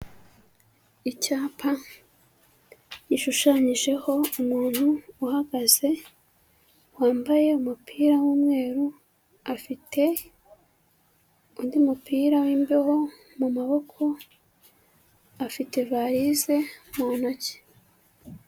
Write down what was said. Icyapa gishushanyijeho umuntu uhagaze wambaye umupira w'umweru afite undi mupira w'imbeho mu maboko afite varize mu ntoki.